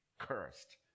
cursed